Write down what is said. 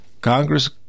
Congress